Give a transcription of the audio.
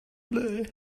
lait